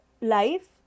life